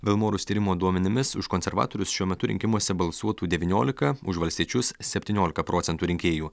vilmorus tyrimo duomenimis už konservatorius šiuo metu rinkimuose balsuotų devyniolika už valstiečius septyniolika procentų rinkėjų